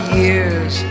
years